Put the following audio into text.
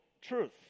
truth